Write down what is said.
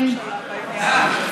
מה עמדת ראש הממשלה בעניין?